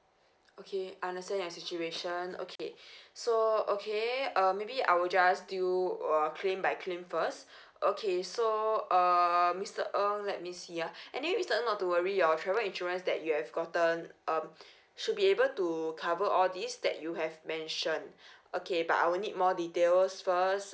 okay I understand your situation okay so okay um maybe I will just do uh claim by claim first okay so err mister ng let me see ah anyway mister ng not to worry your travel insurance that you have gotten um should be able to cover all these that you have mention okay but I will need more details first